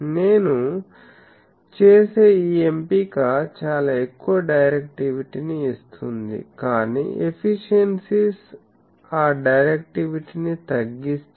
నేను చేసే ఈ ఎంపిక చాలా ఎక్కువ డైరెక్టివిటీని ఇస్తుంది కాని ఎఫిసియన్సీస్ ఆ డైరెక్టివిటీని తగ్గిస్తాయి